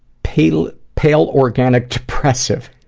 pale pale organic depressive.